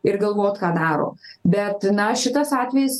ir galvot ką daro bet na šitas atvejis